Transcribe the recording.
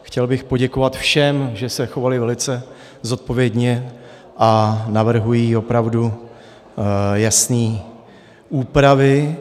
Chtěl bych poděkovat všem, že se chovali velice zodpovědně a navrhují opravdu jasné úpravy.